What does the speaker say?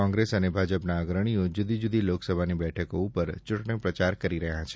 કોંગ્રેસ અને ભાજપના અગ્રણીઓ જૂદી જૂદી લોકસભાની બેઠકો ઉપર ચૂંટણી પ્રચાર કરી રહ્યા છે